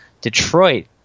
Detroit